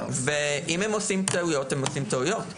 ואם הם עושים טעויות הם עושים טעויות.